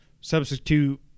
substitute